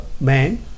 man